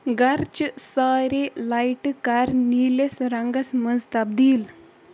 گرچہِ سارے لایٹہٕ کر نیٖلِس رنگس منٛز تبدیل